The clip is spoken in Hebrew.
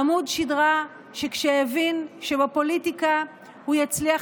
עמוד שדרה שכשהבין שבפוליטיקה הוא יצליח